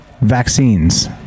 vaccines